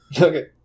Okay